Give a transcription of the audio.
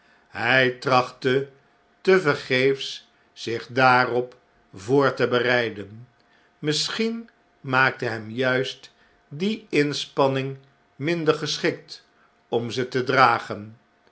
hjj trachtte tevergeefs zich daarop voor te bereiden misschien maakte hem juist die inspanning minder geschikt om ze te dragen